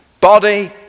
Body